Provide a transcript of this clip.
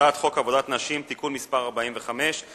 הצעת חוק עבודת נשים (תיקון מס' 45),